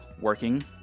working